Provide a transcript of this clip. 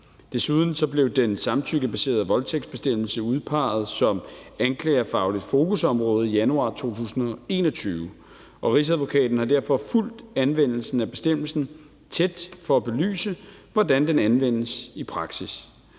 Desuden blev den samtykkebaserede voldtægtsbestemmelse udpeget som anklagerfagligt fokusområde i januar 2021. Rigsadvokaten har derfor fulgt anvendelsen af bestemmelsen tæt for at belyse, hvordan den anvendes i praksis.